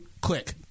Click